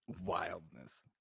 Wildness